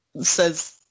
says